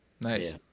nice